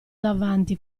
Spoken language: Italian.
davanti